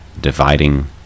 dividing